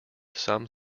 some